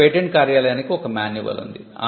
ఇప్పుడు పేటెంట్ కార్యాలయానికి ఒక మాన్యువల్ ఉంది